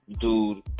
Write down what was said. dude